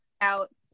out